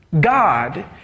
God